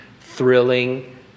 thrilling